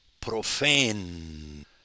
profane